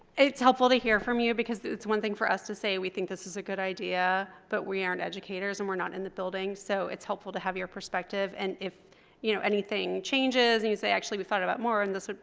its wonderful to hear from you because it's one thing for us to say we think this is a good idea but we aren't educators and we're not in the building so it's helpful to have your perspective and if you know anything changes you say actually we thought about more and this.